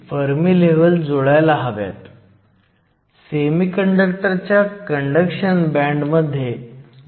तर 2orN ANDVoeNAND12 जेथे V0 ही तुमची बिल्ट इन पोटेन्शियल आहे